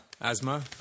Asthma